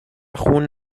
خون